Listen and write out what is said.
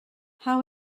how